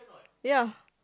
ya